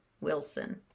Wilson